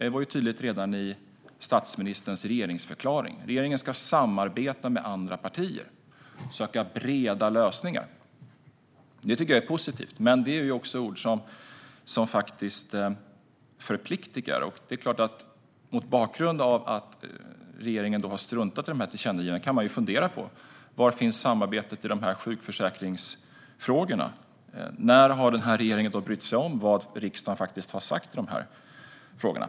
Det var tydligt redan i statsministerns regeringsförklaring: Regeringen ska samarbeta med andra partier och söka breda lösningar. Detta tycker jag är positivt, men det är ju också ord som förpliktar, och mot bakgrund av att regeringen har struntat i dessa tillkännagivanden kan man ju fundera på var samarbetet finns i sjukförsäkringsfrågorna. När har regeringen brytt sig om vad riksdagen faktiskt har sagt i de här frågorna?